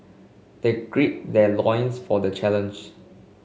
they gird their loins for the challenge